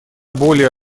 более